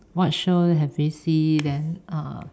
what show have you see then uh